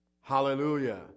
Hallelujah